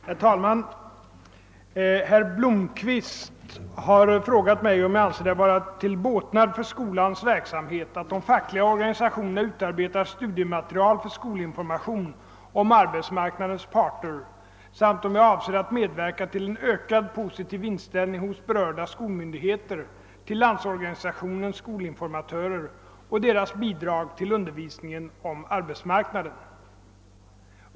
Herr talman! Herr Blomkvist har frågat mig, om jag anser det vara till båtnad för skolans verksamhet att de fackliga organisationerna utarbetar studiematerial för skolinformation om arbetsmarknadens parter samt om jag avser medverka till en ökad positiv inställning hos berörda skolmyndigheter till Landsorganisationens skolinformatörer och deras bidrag till undervisningen om arbetsmarknaden.